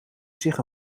zich